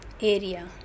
area